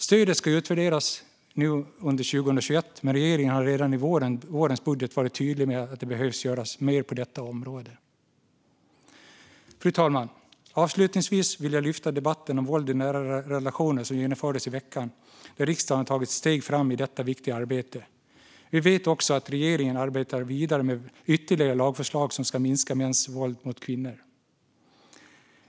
Stödet ska utvärderas nu under 2021, men regeringen var redan i vårens budget tydlig med att det behöver göras mer på detta område. Fru talman! Avslutningsvis vill jag lyfta fram debatten om våld i nära relationer, som genomfördes i veckan. Riksdagen har tagit steg framåt i detta viktiga arbete. Vi vet också att regeringen arbetar vidare med ytterligare lagförslag som ska minska mäns våld mot kvinnor.